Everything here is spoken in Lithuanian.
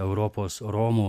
europos romų